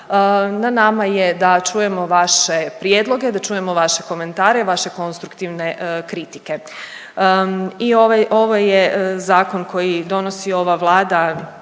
na nama je da čujemo vaše prijedloge, da čujemo vaše komentare i vaše konstruktivne kritike i ovaj, ovo je Zakon koji donosi ova Vlada,